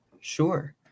Sure